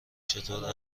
چطور